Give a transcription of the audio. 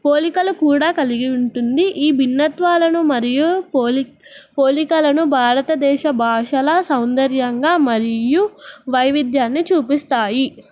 పోలికలు కూడా కలిగి ఉంటుంది ఈ భిన్నత్వాలను మరియు పోలికలను భారతదేశ భాషల సౌందర్యంగా మరియు వైవిధ్యాన్ని చూపిస్తాయి